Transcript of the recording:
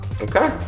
Okay